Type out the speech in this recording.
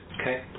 Okay